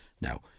now